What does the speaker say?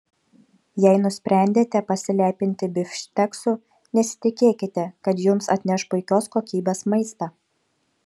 jei nusprendėte pasilepinti bifšteksu nesitikėkite kad jums atneš puikios kokybės maistą